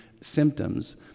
symptoms